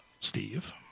Steve